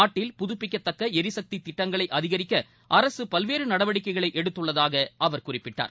நாட்டில் புதுப்பிக்கத்தக்க எரிசக்தித் திட்டங்களை அதிகரிக்க அரசு பல்வேறு நடவடிக்கைகளை எடுத்துள்ளதாக அவர் குறிப்பிட்டார்